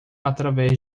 através